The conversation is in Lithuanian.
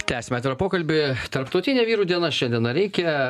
tęsiame atvirą pokalbį tarptautinė vyrų diena šiandien ar reikia